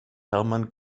hermann